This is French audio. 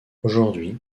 aujourd’hui